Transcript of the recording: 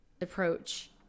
approach